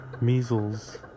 measles